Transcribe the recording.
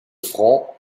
francs